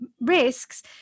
risks